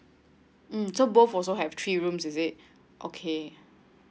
mm so both also have three rooms is it okay